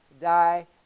die